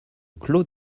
clos